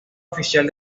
oficial